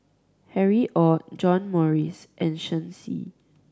Harry Ord John Morrice and Shen Xi